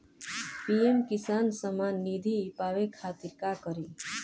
PM किसान समान निधी पावे खातिर का करी?